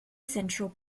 central